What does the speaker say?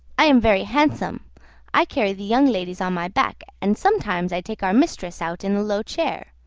i am very handsome i carry the young ladies on my back, and sometimes i take our mistress out in the low chair.